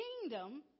kingdom